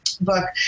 book